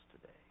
today